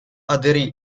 aderì